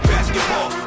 Basketball